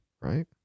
right